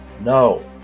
No